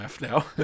now